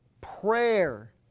Prayer